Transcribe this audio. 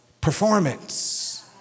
performance